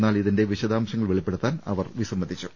എന്നാൽ ഇതിന്റെ വിശദാംശ ങ്ങൾ വെളിപ്പെടുത്താൻ അവർ വിസമ്മതിച്ചു